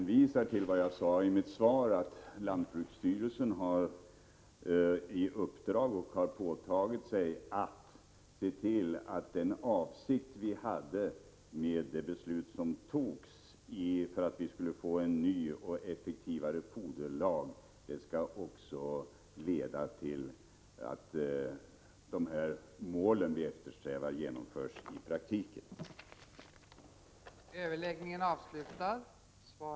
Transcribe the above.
Jag hänvisar till vad jag sade i mitt svar, att lantbruksstyrelsen har åtagit sig att se till att beslutet om en ny och effektivare foderlag genomförs och leder till att de mål vi strävar mot också i praktiken uppnås.